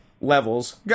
levels